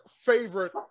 favorite